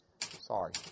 Sorry